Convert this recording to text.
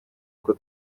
uko